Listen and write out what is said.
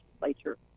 legislature